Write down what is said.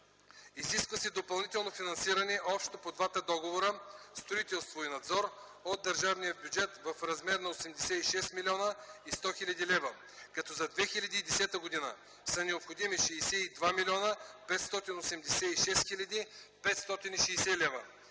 Изисква се допълнително финансиране, общо по двата договора „Строителство” и „Надзор” от държавния бюджет, в размер на 86 млн. 100 хил. лв., като за 2010 г. са необходими 62 млн. 586 хил. 560 лв.